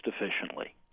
efficiently